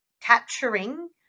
capturing